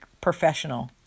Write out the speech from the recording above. professional